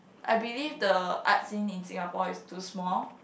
I believe the art scene in Singapore is too small